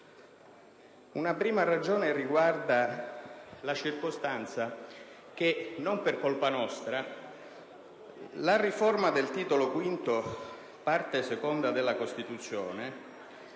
Una prima ragione riguarda la circostanza che, non per colpa nostra, la riforma del Titolo V, Parte II, della Costituzione